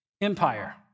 empire